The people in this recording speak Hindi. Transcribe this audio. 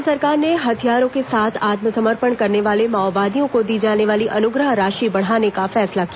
राज्य सरकार ने हथियारों के साथ आत्मसमर्पण करने वाले माओवादियों को दी जाने वाली अनुग्रह राशि बढ़ाने का फैसला किया